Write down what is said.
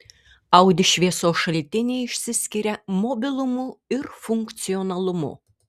audi šviesos šaltiniai išsiskiria mobilumu ir funkcionalumu